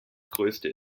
größte